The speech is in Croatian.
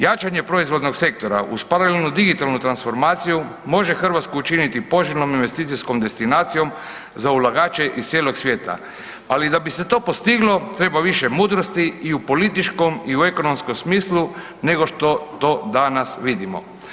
Jačanje proizvodnog sektora uz paralelnu digitalnu transformaciju, može Hrvatsku učiniti poželjnom investicijskom destinacijom za ulagače iz cijelog svijeta ali da bi se to postiglo, treba više mudrosti i u političkom i u ekonomskom smislu nego što to danas vidimo.